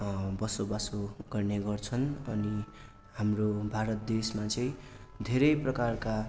बसोबासो गर्ने गर्छन् अनि हाम्रो भारत देशमा चाहिँ धेरै प्रकारका